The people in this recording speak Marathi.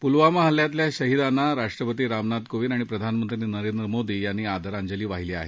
पुलावामा हल्ल्यातल्या शहीदांना राष्ट्रपती रामनाथ कोविंद आणि प्रधानमंत्री नरेंद्र मोदी यांनी आदरांजली वाहिली आहे